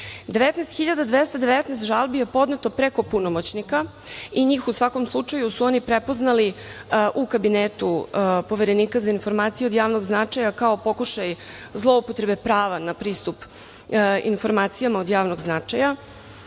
19.219 žalbi podneto preko punomoćnika i njih su prepoznali u kabinetu Poverenika za informacije od javnog značaja kao pokušaj zloupotrebe prava na pristup informacijama od javnog